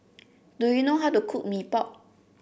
do you know how to cook Mee Pok